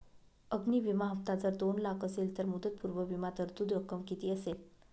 अग्नि विमा हफ्ता जर दोन लाख असेल तर मुदतपूर्व विमा तरतूद रक्कम किती असेल?